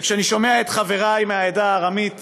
וכשאני שומע את חברי מהעדה הארמית